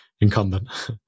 incumbent